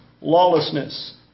lawlessness